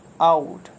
out